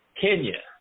Kenya